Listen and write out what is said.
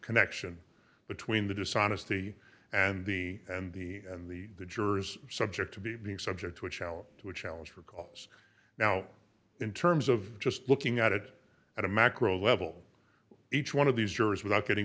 connection between the dishonesty and the and the and the jurors subject to be being subject to a challenge to a challenge for cause now in terms of just looking at it at a macro level each one of these jurors without getting